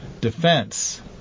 defense